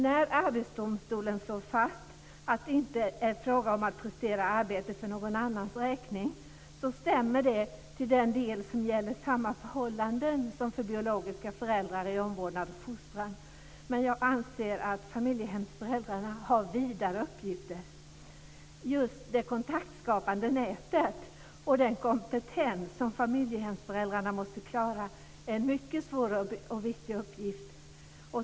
När Arbetsdomstolen slår fast att det inte är fråga om att prestera arbete för någon annans räkning, stämmer det till den del som gäller samma förhållanden som för biologiska föräldrar i omvårdnad och fostran, men jag anser att familjehemsföräldrarna har vidare uppgifter. Just det kontaktskapande nätet och den kompetens som familjehemsföräldrarna måste klara är en mycket svår och viktig uppgift.